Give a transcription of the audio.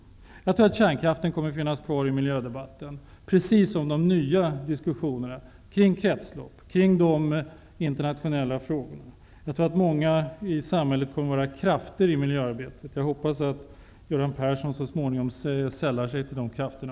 Jag tror att frågan om kärnkraften kommer att finnas kvar i miljödebatten tillsammans med de nya frågorna om kretslopp och övriga internationella frågor. Jag tror att många i samhället kommer att vara goda krafter i miljöarbetet. Jag hoppas att Göran Persson så småningom sällar sig till de krafterna.